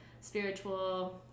spiritual